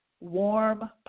warm